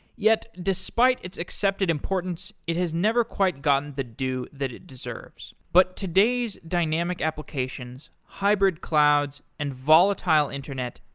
yet, despite its accepted importance, it has never quite gotten the due that it deserves. but today's dynamic applications, hybrid clouds and volatile internet,